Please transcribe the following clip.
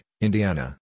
Indiana